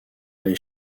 les